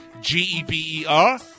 g-e-b-e-r